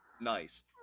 nice